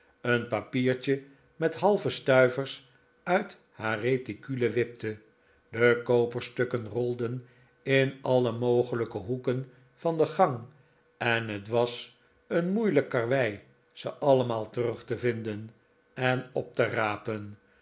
een papiertje met halve stuivers uit haar reticule wipte de koperstukken rolden in alle mogelijke hoeken van de gang en het was een moeilijk karwei ze allemaal terug te vinden en op te raperi